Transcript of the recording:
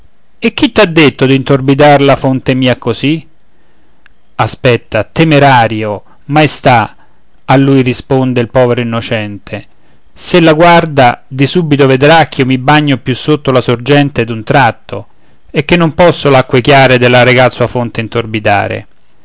e chi ti ha detto d'intorbidar la fonte mia così aspetta temerario maestà a lui risponde il povero innocente s'ella guarda di subito vedrà ch'io mi bagno più sotto la sorgente d'un tratto e che non posso l'acque chiare della regal sua fonte intorbidare